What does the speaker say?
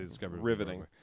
Riveting